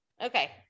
Okay